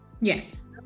yes